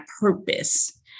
purpose